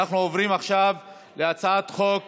אנחנו עוברים עכשיו להצעת חוק